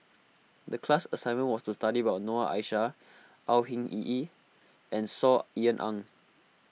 the class assignment was to study about Noor Aishah Au Hing Yee and Saw Ean Ang